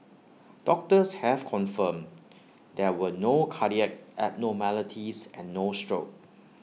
doctors have confirmed there were no cardiac abnormalities and no stroke